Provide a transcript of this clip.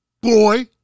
boy